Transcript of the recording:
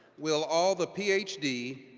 will all the ph d,